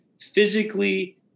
physically